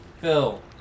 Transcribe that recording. Phil